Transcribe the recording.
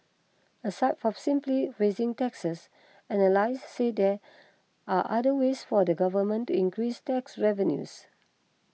aside from simply raising taxes analysts said there are other ways for the government to increase tax revenues